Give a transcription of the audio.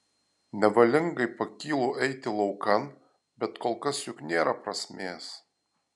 nevalingai pakylu eiti laukan bet kol kas juk nėra prasmės